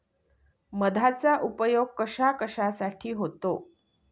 मधाचा उपयोग कशाकशासाठी होतो?